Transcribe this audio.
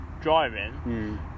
driving